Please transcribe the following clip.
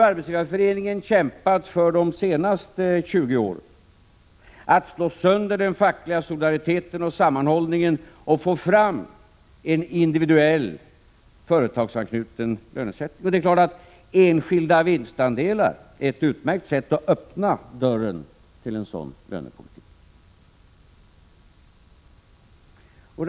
Arbetsgivareföreningen under de senaste 20 åren kämpat för att den fackliga solidariteten och sammanhållningen skall slås sönder och för att man skall få fram en individuell, företagsanknuten lönesättning. Det är klart att enskilda vinstandelar är ett utmärkt sätt att öppna dörren för en sådan lönepolitik.